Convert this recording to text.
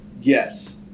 Yes